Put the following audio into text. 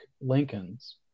Lincolns